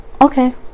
okay